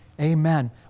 Amen